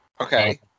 Okay